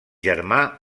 germà